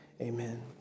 Amen